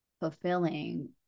fulfilling